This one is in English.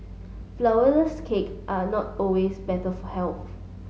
flourless cake are not always better for health